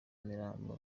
mirambo